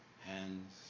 hands